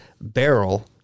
barrel